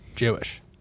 Jewish